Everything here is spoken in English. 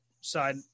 side